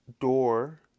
door